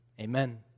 Amen